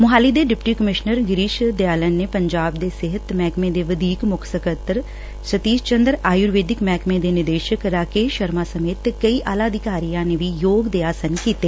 ਸੋਹਾਲੀ ਦੇ deputy commissioner Girish Dayalan Punjab ਦੇ ਸਿਹਤ ਮਹਿਕਮੇ ਦੇ ਵਧੀਕ ਮੁੱਖ ਸਕੱਤਰ ਸ਼ਤੀਸ਼ ਚੰਦਰ ਆਯੂਰਵੇਦਿਕ ਮਹਿਕਮੇ ਦੇ ਨਿਦੇਸ਼ਕ ਰਾਕੇਸ਼ ਸ਼ਰਮਾ ਸਮੇਤ ਕਈ ਆਲਾ ਅਧਿਕਾਰੀਆਂ ਨੇ ਵੀ ਯੋਗ ਦੇ ਆਸਨ ਕੀਤੇ